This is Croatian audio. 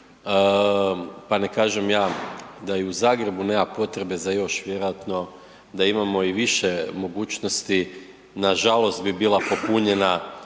pa ne kažem ja da i u Zagrebu nema potrebe za još vjerojatno da imamo i više mogućnosti nažalost bi bila popunjena